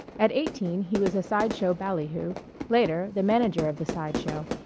at eighteen he was a side show ballyhoo later, the manager of the side show,